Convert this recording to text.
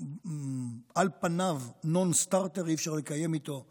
על פניו הוא non-starter ואי-אפשר לקיים עליו דיון,